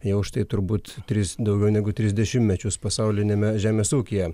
jau štai turbūt tris daugiau negu tris dešimtmečius pasauliniame žemės ūkyje